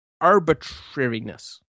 arbitrariness